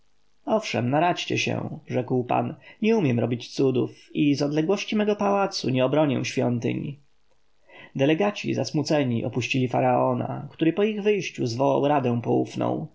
owszem naradźcie się rzekł pan nie umiem robić cudów i z odległości mego pałacu nie obronię świątyń delegaci zasmuceni opuścili faraona który po ich wyjściu zwołał radę poufną